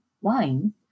wine